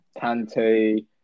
Tante